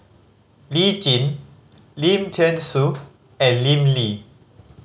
Lee Jin Lim Thean Soo and Lim Lee